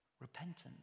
repentance